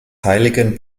heiligen